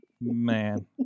man